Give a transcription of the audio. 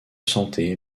santé